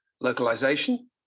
localization